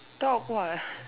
talk what